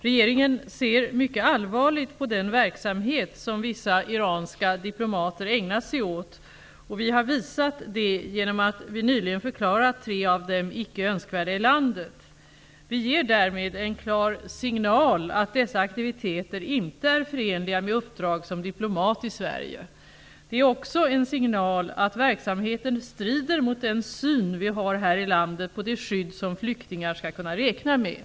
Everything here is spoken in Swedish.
Regeringen ser mycket allvarligt på den verksamhet som vissa iranska diplomater ägnat sig åt, och vi har visat det genom att vi nyligen förklarat tre av dem icke önskvärda i landet. Vi ger därmed en klar signal att dessa aktiviteter inte är förenliga med uppdrag som diplomat i Sverige. Det är också en signal att verksamheten strider mot den syn vi har här i landet på det skydd som flyktingar skall kunna räkna med.